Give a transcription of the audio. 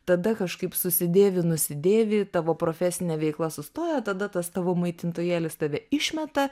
tada kažkaip susidėvi nusidėvi tavo profesinė veikla sustoja tada tas tavo maitintojėlis tave išmeta